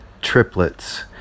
triplets